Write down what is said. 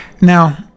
Now